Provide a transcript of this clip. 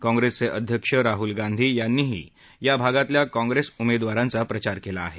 कप्रिसचे अध्यक्ष राहूल गांधी यांनीही या भागातल्या काँग्रेस उमेदवारांचा प्रचार केला आहे